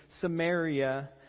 Samaria